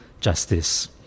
justice